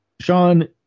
Sean